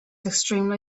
extremely